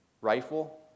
rifle